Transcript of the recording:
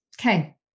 Okay